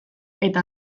eta